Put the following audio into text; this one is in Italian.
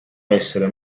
essere